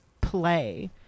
play